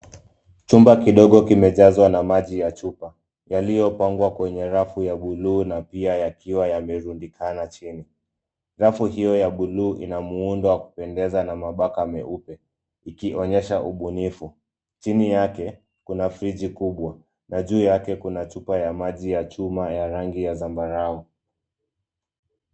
Chumba kidogo kimejazwa na maji ya chupa yaliyopangwa kwenye rafu ya buluu na pia yakiwa yamerundikana chini. Rafu hiyo ya buluu ina muundo wa kupendeza na mabaka meupe ikionyesha ubunifu. Chini yake kuna friji kubwa na juu yake kuna chupa ya maji ya chuma ya rangi ya zambarau.